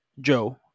Joe